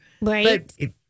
Right